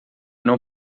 não